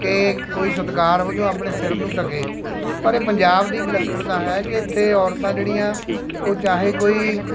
ਕਿ ਕੋਈ ਸਤਿਕਾਰ ਵੱਜੋਂ ਆਪਣੇ ਸਿਰ ਨੂੰ ਢੱਕੇ ਪਰ ਇਹ ਪੰਜਾਬ ਦੀ ਵਿਲੱਖਣਤਾ ਹੈ ਕਿ ਇੱਥੇ ਔਰਤਾਂ ਜਿਹੜੀਆਂ ਉਹ ਚਾਹੇ ਕੋਈ